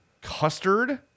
custard